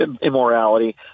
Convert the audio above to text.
immorality